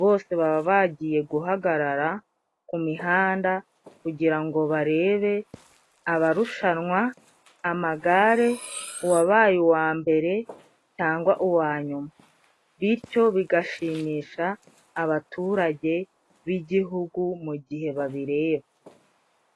bose baba bagiye guhagarara ku mihanda kugira ngo barebe abarushanwa amagare .uwabaye uwa mbere cyangwa uwa nyuma .Bityo bigashimisha abaturage b'igihugu mu gihe babireba.